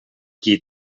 qui